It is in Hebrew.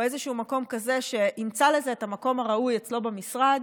או איזשהו מקום כזה שימצא לזה את המקום הראוי אצלו במשרד,